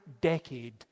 decade